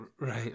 right